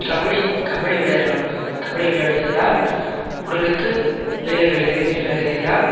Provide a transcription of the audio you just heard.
கபடி கபடி விளையாடுறவங்க கபடி விளையாடுவதினால் உடலுக்கு வேர்வை வருகிறது வருகிறதால்